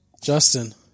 Justin